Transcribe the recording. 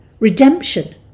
Redemption